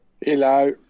Hello